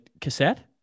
cassette